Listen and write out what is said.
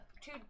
two